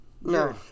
No